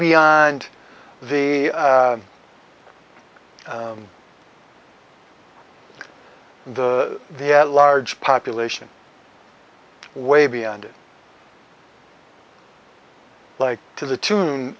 beyond the the the at large population way beyond like to the tune